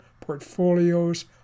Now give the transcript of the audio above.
portfolio's